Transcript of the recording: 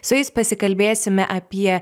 su jais pasikalbėsime apie